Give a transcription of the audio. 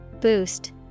Boost